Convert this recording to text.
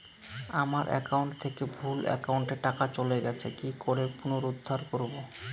আমার একাউন্ট থেকে ভুল একাউন্টে টাকা চলে গেছে কি করে পুনরুদ্ধার করবো?